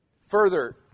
further